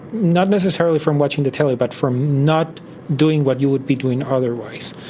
not necessarily from watching the telly but from not doing what you would be doing otherwise.